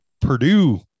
Purdue